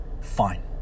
fine